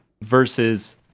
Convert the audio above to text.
versus